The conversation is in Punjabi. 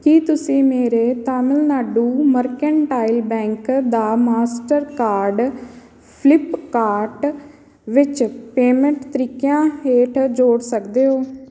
ਕੀ ਤੁਸੀਂਂ ਮੇਰੇ ਤਾਮਿਲਨਾਡੂ ਮਰਕੈਂਟਾਈਲ ਬੈਂਕ ਦਾ ਮਾਸਟਰਕਾਰਡ ਫਲਿੱਪਕਾਰਟ ਵਿੱਚ ਪੇਮੈਂਟ ਤਰੀਕਿਆਂ ਹੇਠ ਜੋੜ ਸਕਦੇ ਹੋ